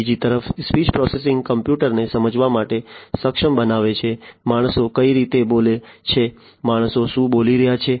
બીજી તરફ speech processing કોમ્પ્યુટરને સમજવા માટે સક્ષમ બનાવે છે માણસો કઈ રીતે બોલે છે માણસો શું બોલી રહ્યા છે